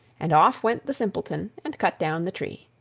and off went the simpleton and cut down the tree.